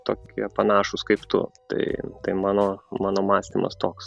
tokie panašūs kaip tu tai tai mano mano mąstymas toks